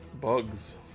Bugs